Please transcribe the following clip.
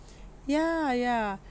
yeah yeah